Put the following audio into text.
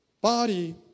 body